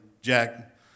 Jack